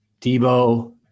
Debo